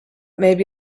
maybe